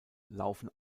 laufen